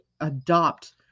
adopt